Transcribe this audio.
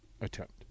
attempt